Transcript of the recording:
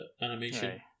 Animation